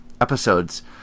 episodes